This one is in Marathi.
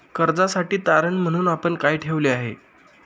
कर्जासाठी तारण म्हणून आपण काय ठेवले आहे?